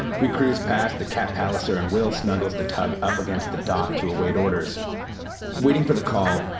we cruise past the cap palliser, and will snuggles to tug up against the dock to await orders waiting for the call,